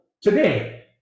today